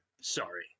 Sorry